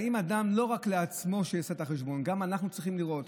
האם האדם לא רק לעצמו צריך לעשות את החשבון אלא גם אנחנו צריכים לראות?